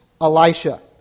Elisha